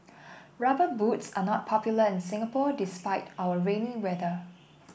rubber boots are not popular in Singapore despite our rainy weather